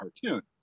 cartoon